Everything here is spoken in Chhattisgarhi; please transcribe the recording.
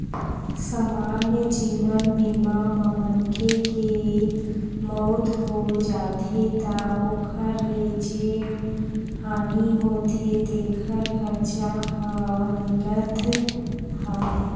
समान्य जीवन बीमा म मनखे के मउत हो जाथे त ओखर ले जेन हानि होथे तेखर खरचा ह मिलथ हव